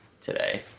today